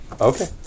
Okay